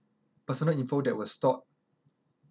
personal info that were stored